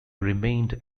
remained